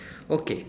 okay